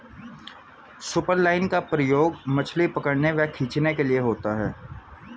superline का प्रयोग मछली पकड़ने व खींचने के लिए होता है